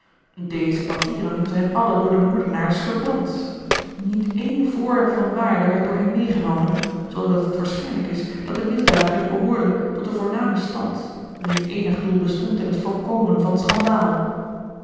deze papieren zijn alle door de moordenaars verbrand niet een voorwerp van waarde werd door hen meegenomen zoodat het waarschijnlijk is dat de misdadigers behoorden tot den voornamen stand wier eenig doel bestond in het voorkomen van schandaal